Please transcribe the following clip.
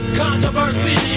controversy